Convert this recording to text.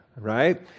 right